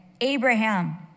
Abraham